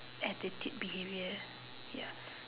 attitude behaviour ya